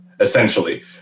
essentially